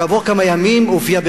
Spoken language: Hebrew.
כעבור כמה ימים הוא הופיע,